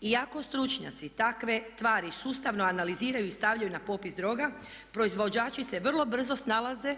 Iako stručnjaci takve tvari sustavno analiziraju i stavljaju na popis droga proizvođači se vrlo brzo snalaze